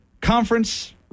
conference